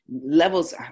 levels